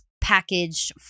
packaged